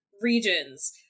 regions